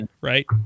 right